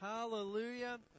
Hallelujah